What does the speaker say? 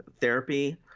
therapy